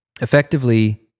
effectively